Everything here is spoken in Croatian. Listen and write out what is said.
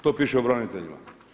To piše o braniteljima.